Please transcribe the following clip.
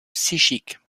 psychique